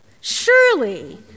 surely